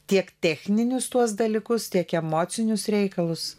tiek techninius tuos dalykus tiek emocinius reikalus